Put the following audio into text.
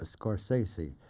Scorsese